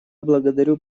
благодарю